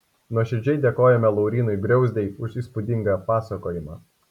nuoširdžiai dėkojame laurynui griauzdei už įspūdingą pasakojimą